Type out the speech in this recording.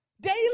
daily